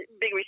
big